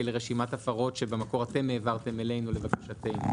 כי זאת רשימת הפרות שבמקור אתם העברתם אלינו לבקשתנו.